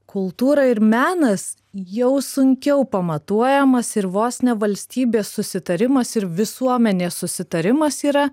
kultūra ir menas jau sunkiau pamatuojamas ir vos ne valstybės susitarimas ir visuomenės susitarimas yra